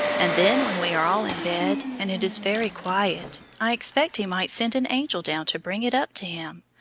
and then when we are all in bed, and it is very quiet, i expect he might send an angel down to bring it up to him.